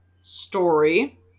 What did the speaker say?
story